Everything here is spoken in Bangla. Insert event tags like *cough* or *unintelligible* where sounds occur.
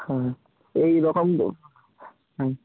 হ্যাঁ এই রকম *unintelligible* হুম